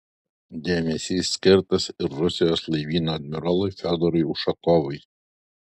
dėmesys skirtas ir rusijos laivyno admirolui fiodorui ušakovui